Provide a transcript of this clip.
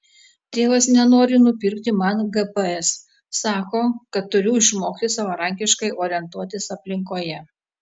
tėvas nenori nupirkti man gps sako kad turiu išmokti savarankiškai orientuotis aplinkoje